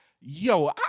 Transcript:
yo